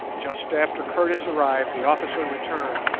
just after curtis arrived the officer returned,